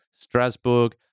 Strasbourg